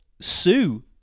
Sue